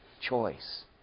choice